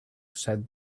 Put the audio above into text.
said